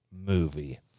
movie